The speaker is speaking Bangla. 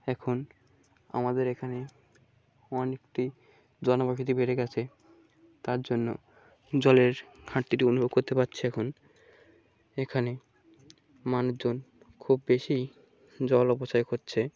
এখন আমাদের এখানে অনেকটি জনবশতি বেড়ে গেছে তার জন্য জলের ঘাঁটতিটি অনুভব করতে পাচ্ছে এখন এখানে মানুষজন খুব বেশি জল অপচয় করছে